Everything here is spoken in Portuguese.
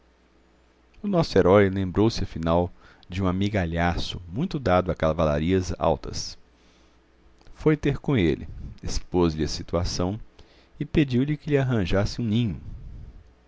o nosso herói lembrou-se afinal de um amigalhaço muito dado a cavalarias altas foi ter com ele expôs lhe a situação e pediu-lhe que lhe arranjasse um ninho